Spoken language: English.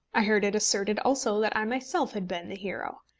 i heard it asserted also that i myself had been the hero.